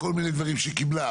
כל מיני דברים שהיא קיבלה,